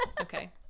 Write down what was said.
okay